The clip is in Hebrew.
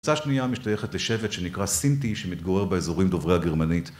הקבוצה השנייה משתייך לשבט שנקרא סינטי שמתגורר באזורים דוברי הגרמנית